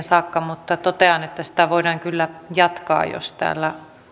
saakka mutta totean että sitä voidaan kyllä jatkaa jos täällä